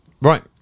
Right